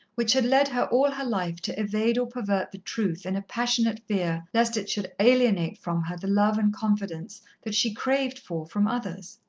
which had led her all her life to evade or pervert the truth in a passionate fear lest it should alienate from her the love and confidence that she craved for from others.